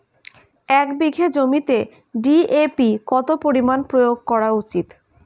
এক বিঘে জমিতে ডি.এ.পি কত পরিমাণ প্রয়োগ করা উচিৎ?